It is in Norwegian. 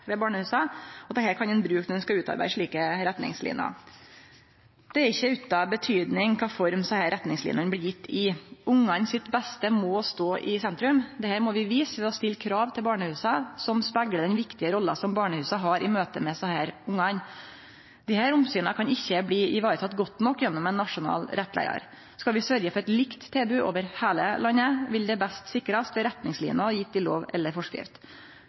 ved barnehusa. Dette kan ein bruke når ein skal utarbeide slike retningsliner. Det er ikkje utan betyding kva form desse retningslinene blir gjevne i. Ungane sitt beste må stå i sentrum. Dette må vi vise ved å stille krav til barnehusa som speglar den viktige rolla som barnehusa har i møte med desse ungane. Desse omsyna kan ikkje bli varetekne godt nok gjennom ein nasjonal rettleiar. Skal vi sørgje for et likt tilbod over heile landet, vil det best sikrast ved retningsliner gjevne i lov eller forskrift.